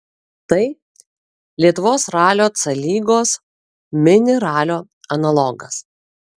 tai lietuvos ralio c lygos mini ralio analogas